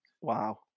Wow